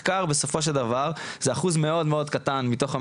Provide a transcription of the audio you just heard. מחקר בסופו של דבר זה אחוז מאוד קטן מתוך המסיימים.